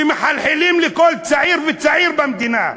שמחלחלים לכל צעיר וצעיר במדינה,